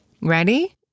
Ready